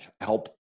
help